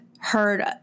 heard